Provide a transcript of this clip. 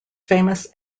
famous